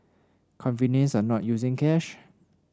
convenience of not using cash